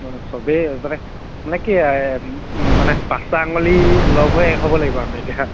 অঁ চবেই মানে মানে কি মানে পাঁচটা আঙুলি লগ হৈ এক হ'ব লাগিব আমি এতিয়া